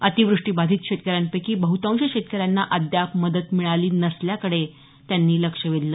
अतिवृष्टीबाधित शेतकऱ्यांपैकी बहतांश शेतकऱ्यांना अद्याप मदत मिळाली नसल्याकडे त्यांनी लक्ष वेधलं